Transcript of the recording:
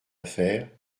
affaire